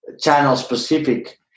channel-specific